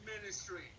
ministry